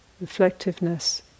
reflectiveness